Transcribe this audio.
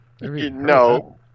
No